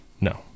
No